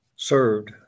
served